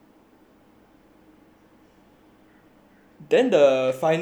then the final exams also online